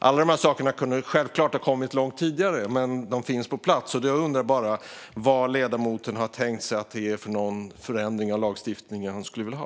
Alla dessa saker kunde självklart ha kommit långt tidigare, men nu finns de på plats. Jag undrar vilken förändring av lagstiftningen som ledamoten skulle vilja ha.